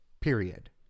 period